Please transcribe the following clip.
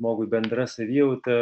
žmogui bendra savijauta